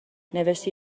نوشتی